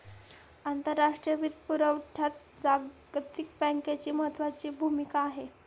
आंतरराष्ट्रीय वित्तपुरवठ्यात जागतिक बँकेची महत्त्वाची भूमिका आहे